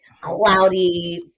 cloudy